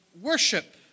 worship